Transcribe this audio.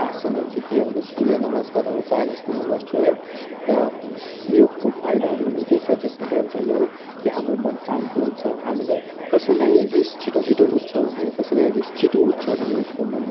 आसनहरू चाहिँ के हो भन्दा सूर्य नमस्कारहरू प्रायः जस्तो म गर्छु है र योगको फाइदाहरू निकै छ जसमध्ये एउटा यो हो कि हाम्रो मन शान्ति हुन्छ हामीलाई कसैलाई रिस छिटो छिटो उठ्छ भने कसैलाई रिस छिटो उठ्छ भने उसको मन